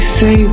say